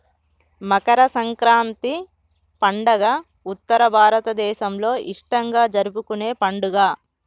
మకర సంక్రాతి పండుగ ఉత్తర భారతదేసంలో ఇష్టంగా జరుపుకునే పండుగ